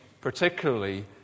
particularly